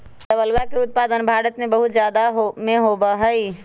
चावलवा के उत्पादन भारत में बहुत जादा में होबा हई